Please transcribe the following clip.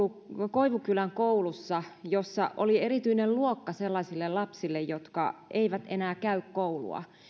koivukylän koulussa jossa oli erityinen luokka sellaisille lapsille jotka eivät enää käy koulua